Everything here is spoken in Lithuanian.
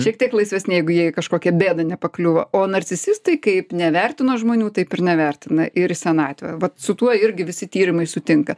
šiek tiek laisvesni jeigu jie į kažkokią bėdą nepakliuvo o narcisistai kaip nevertino žmonių taip ir nevertina ir į senatvę vat su tuo irgi visi tyrimai sutinka